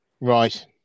Right